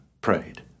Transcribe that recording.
prayed